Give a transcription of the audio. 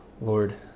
Lord